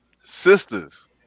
sisters